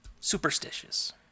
superstitious